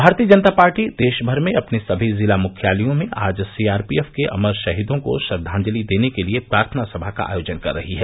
भारतीय जनता पार्टी देश भर में अपने सभी जिला मुख्यालयों में आज सीआरपीएफ के अमर शहीदों को श्रद्वांजलि देने के लिए प्रार्थनासभा का आयोजन कर रही है